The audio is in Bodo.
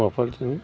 हौवाफोरजों